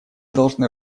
должны